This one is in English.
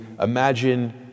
imagine